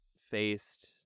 faced